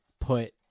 put